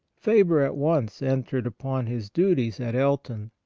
faber at once entered upon his duties at elton.